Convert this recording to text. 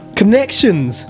connections